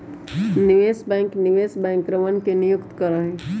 निवेश बैंक निवेश बैंकरवन के नियुक्त करा हई